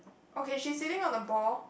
okay she is sitting on the ball